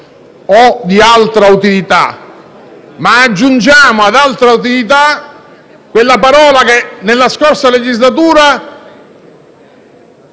o di altra utilità, ma aggiungiamo ad «altra utilità» quella parola che nella scorsa legislatura